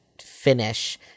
finish –